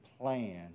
plan